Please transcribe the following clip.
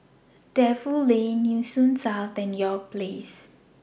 Defu Lane Nee Soon South and York Place